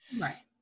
Right